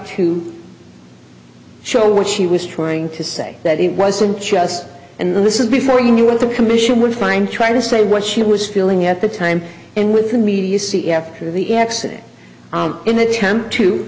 to show what she was trying to say that it wasn't just and this is before you knew what the commission would find try to say what she was feeling at the time and with the media you see after the accident in attempt to